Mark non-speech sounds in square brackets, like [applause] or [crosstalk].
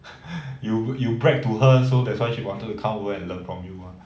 [laughs] you you brag to her so that's why she wanted to come over and learn from you [one]